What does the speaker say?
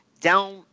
down